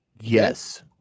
Yes